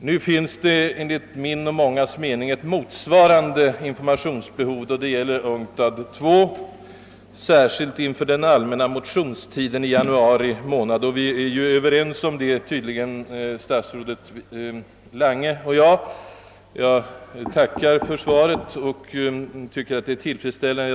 Nu finns det enligt min och mångas mening ett motsvarande informationsbehov då det gäller UNCTAD II, särskilt inför den allmänna motionstiden i januari månad. Statsrådet Lange och jag är tydligen överens om detta. Jag tackar än en gång för svaret, som jag tycker är tillfredsställande.